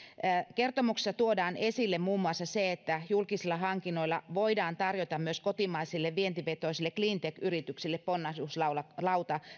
kertomuksessa tuodaan esille muun muassa se se että julkisilla hankinnoilla voidaan myös tarjota kotimaisille vientivetoisille cleantech yrityksille ponnahduslauta